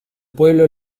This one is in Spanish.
pueblo